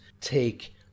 take